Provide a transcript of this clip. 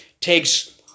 takes